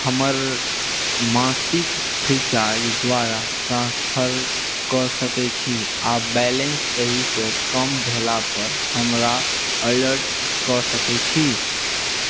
हमर मासिक free charge द्वारा ट्रांसफर कऽ सकैत छी आ बैलेंस एहिसँ कम भेला पर हमरा अलर्ट कऽ सकैत छी